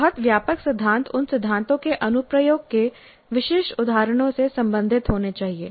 बहुत व्यापक सिद्धांत उन सिद्धांतों के अनुप्रयोग के विशिष्ट उदाहरणों से संबंधित होने चाहिए